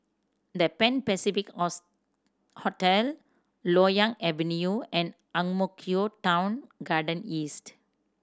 The Pan Pacific Hotel Loyang Avenue and Ang Mo Kio Town Garden East